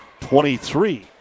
23